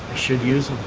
should use